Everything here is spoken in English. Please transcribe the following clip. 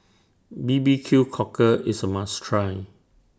B B Q Cockle IS A must Try